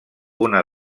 una